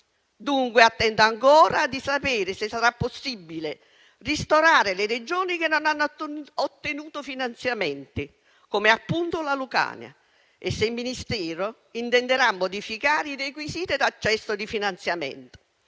Attendo dunque di sapere se sarà possibile ristorare le Regioni che non hanno ottenuto finanziamenti, come appunto la Lucania, e se il Ministero intenderà modificare i requisiti di accesso al finanziamento,